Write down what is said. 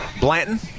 Blanton